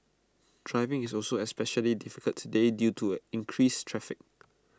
driving is also especially difficult today due to increased traffic